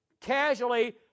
casually